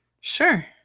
sure